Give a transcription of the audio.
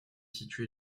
situé